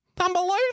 Unbelievable